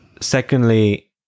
secondly